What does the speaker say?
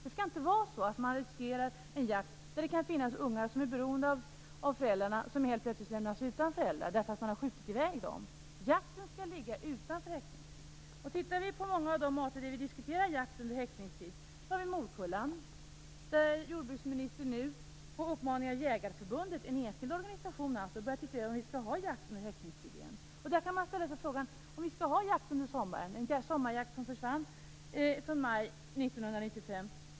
Man skall inte ta risken med en jakt när det kan finnas ungar som är beroende av föräldrarna. Ungarna lämnas då helt plötsligt utan föräldrar när dessa har skjutits. Jakten skall ligga utanför häckningstid. Bland de många arter för vilka vi diskuterar jakt under häckningstid finns morkullan. Där börjar jordbruksministern nu, på uppmaning av Jägareförbundet - dvs. en enskild organisation - se över om vi skall ha jakt under häckningstid igen. Man kan ställa frågan om vi skall ha jakt under sommaren - sommarjakten försvann ju i maj 1995.